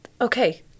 okay